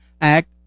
Act